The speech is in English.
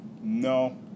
No